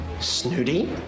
snooty